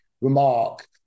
remark